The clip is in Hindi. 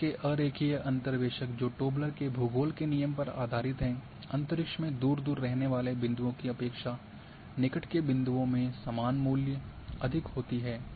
इस तरह के अरेखीय अंतर्वेशक जो टोब्लर के भूगोल के नियम के पर आधारित है अंतरिक्ष में दूर दूर रहने वाले बिंदुओं की अपेक्षा निकट के बिंदुओं में सामान मूल्यता अधिक होती है